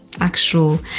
actual